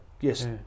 Yes